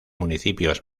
municipios